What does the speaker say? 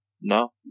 no